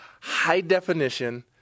high-definition